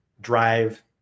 drive